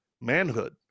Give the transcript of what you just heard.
manhood